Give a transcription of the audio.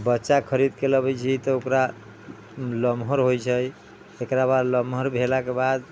बच्चा खरीद के लबै छियै तऽ ओकरा लमहर होइ छै तकरा बाद लमहर भेला के बाद